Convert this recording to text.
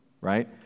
Right